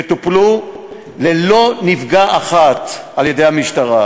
והם טופלו ללא נפגע אחד על-ידי המשטרה.